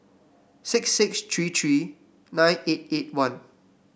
six six three three nine eight eight one